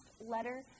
letter